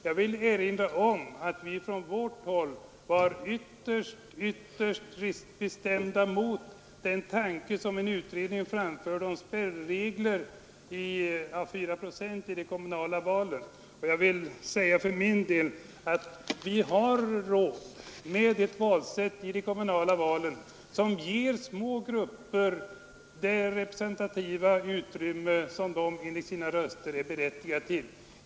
Jag vill erinra om att vi från vårt håll var ytterst bestämt emot den tanke som en utredning framförde om en spärr vid 4 procent av rösterna i de kommunala valen. Enligt min mening har vi ”råd” med ett valsätt i de kommunala valen som ger små grupper den representation som de enligt sitt röstunderlag är berättigade till.